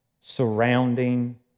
surrounding